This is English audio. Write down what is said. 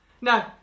No